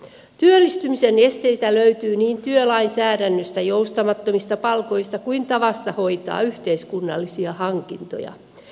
työllistymisen esteitä löytyy niin työlainsäädännöstä joustamattomista palkoista kuin tavasta hoitaa yhteiskunnallisia hankintoja